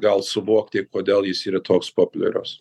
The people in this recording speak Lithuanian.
o gal suvokti kodėl jis yra toks populiarus